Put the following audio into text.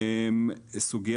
בסדר.